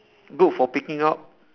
good for picking up